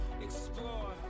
Explore